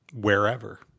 Wherever